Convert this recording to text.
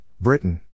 Britain